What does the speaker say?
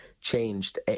changed